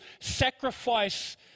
sacrifice